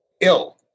ill